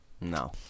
No